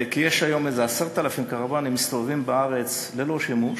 כי יש היום איזה 10,000 קרוונים שמסתובבים בארץ ללא שימוש.